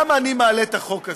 למה אני מעלה את החוק הזה?